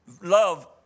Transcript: love